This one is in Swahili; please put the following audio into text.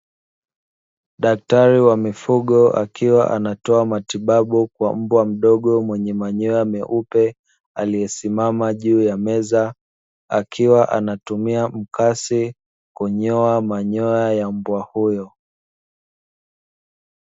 Daktari wa mifugo akiwa anatoa matibabu kwa mbwa mdogo mwenye manyoya meupe, aliyesimama juu ya meza akiwa anatumia mkasi kunyoa manyoya ya mbwa uyo.